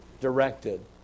directed